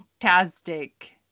fantastic